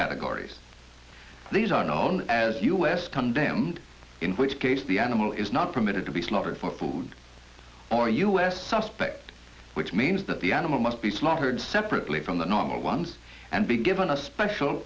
categories these are known as us condemned in which case the animal is not permitted to be slaughtered for food or us suspect which means that the animal must be slaughtered separately from the normal ones and be given a special